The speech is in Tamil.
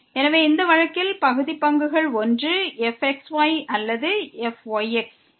எனவே இந்த வழக்கில் பகுதி பங்குகள் ஒன்று fxy அல்லது fyx